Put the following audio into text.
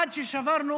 עד ששברנו